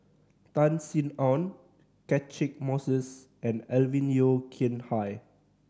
Tan Sin Aun Catchick Moses and Alvin Yeo Khirn Hai